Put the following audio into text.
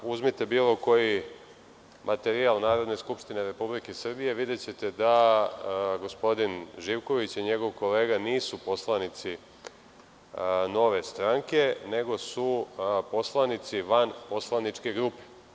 Uzmite bilo koji materijal Narodne skupštine Republike Srbije i videćete da gospodin Živković i njegov kolega nisu poslanici Nove stranke, nego su poslanici van poslaničke grupe.